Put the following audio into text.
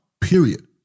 period